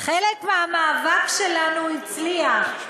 חלק מהמאבק שלנו הצליח.